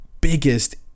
biggest